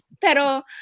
pero